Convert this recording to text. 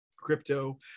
crypto